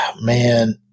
Man